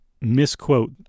misquote